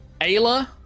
Ayla